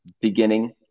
beginning